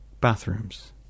bathrooms